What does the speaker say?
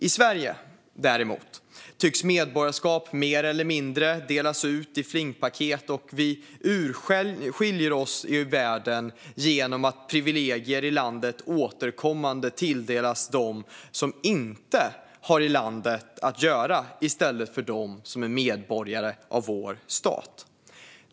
I Sverige däremot tycks medborgarskap mer eller mindre delas ut i flingpaket, och vi urskiljer oss i världen genom att privilegier i landet återkommande tilldelas dem som inte har i landet att göra i stället för dem som är medborgare i vår stat.